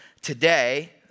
today